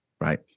Right